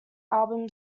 album